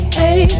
hey